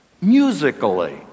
musically